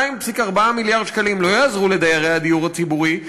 2.4 מיליארד שקלים לא יעזרו לדיירי הדיור הציבורי,